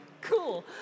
Cool